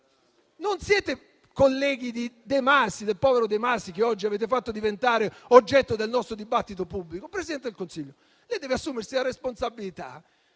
non siete colleghi del povero De Masi che oggi avete fatto diventare oggetto del nostro dibattito pubblico. Signora Presidente del Consiglio, lei deve assumersi la responsabilità